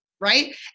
right